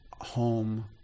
home